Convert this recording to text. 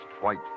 white